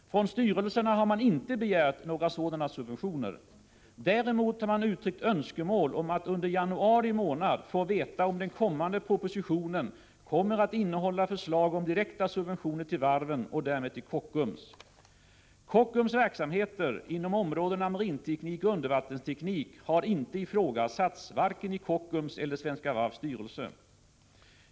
Från styrelserna har man inte begärt några subventioner. Däremot har man uttryckt önskemål om att under januari månad få veta om den kommande propositionen kommer att innehålla förslag om direkta subventioner till varven, och därmed till Kockums. Kockums verksamheter inom områdena marinteknik och undervattensteknik har inte ifrågasatts, varken i Kockums eller Svenska Varvs styrelser.